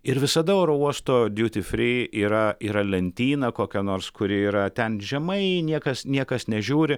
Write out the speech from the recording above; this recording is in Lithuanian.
ir visada oro uosto duty free yra yra lentyna kokia nors kuri yra ten žemai niekas niekas nežiūri